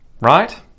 right